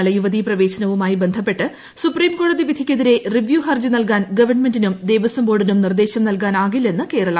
ശബരിമല യുവതി പ്രവേശനവുമായി ബന്ധപ്പെട്ട് സുപ്രീംകോടതി വിധിക്കെതിരെ റിവ്യു ഹർജി നൽകാൻ ഗവൺമെന്റിനും ദേവസ്വം ബോർഡിനും നിർദ്ദേശം നൽകാനാകില്ലെന്ന് കേരള ഹൈക്കോടതി